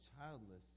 childless